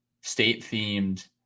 state-themed